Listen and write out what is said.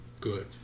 Good